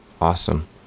awesome